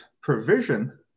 provision